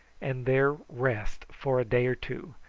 and there rest for a day or two,